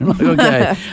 Okay